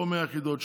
פה 100 יחידות,